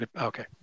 Okay